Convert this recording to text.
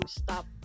stop